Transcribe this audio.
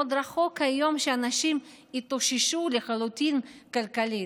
עוד רחוק היום שבו אנשים יתאוששו לחלוטין כלכלית.